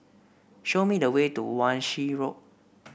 show me the way to Wan Shih Road